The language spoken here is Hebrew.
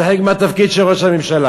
זה חלק מהתפקיד של ראש הממשלה.